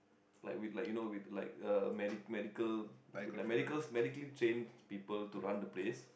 like with like you know with like uh medic~ medical with like medical medically trained people to run the place